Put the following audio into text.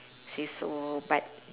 say so but